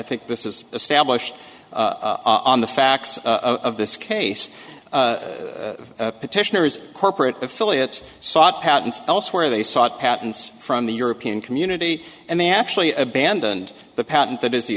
think this is established on the facts of this case petitioners corporate affiliates sought patents elsewhere they sought patents from the european community and they actually abandoned the patent that is the